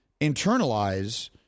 internalize